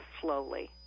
slowly